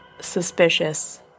suspicious